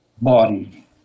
body